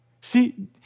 See